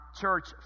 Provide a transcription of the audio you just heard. church